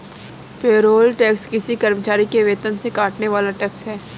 payroll tax किसी कर्मचारी के वेतन से कटने वाला टैक्स है